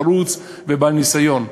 חרוץ ובעל ניסיון.